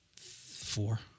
Four